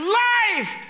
life